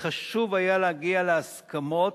וחשוב היה להגיע להסכמות,